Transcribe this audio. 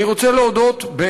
אני רוצה להודות,